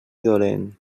dolent